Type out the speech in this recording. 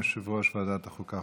יושב-ראש ועדת החוקה,